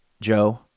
Joe